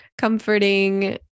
comforting